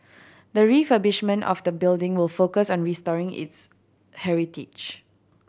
the refurbishment of the building will focus on restoring its heritage